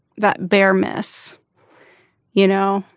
that bear miss you know.